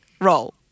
roll